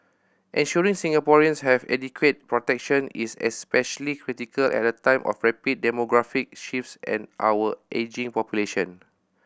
ensuring Singaporeans have adequate protection is especially critical at a time of rapid demographic shifts and our ageing population